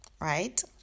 right